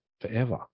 forever